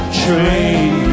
train